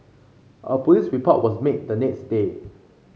a police report was made the next day